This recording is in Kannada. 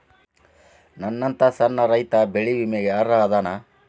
ನನ್ನಂತ ಸಣ್ಣ ರೈತಾ ಬೆಳಿ ವಿಮೆಗೆ ಅರ್ಹ ಅದನಾ?